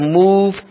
move